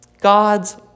God's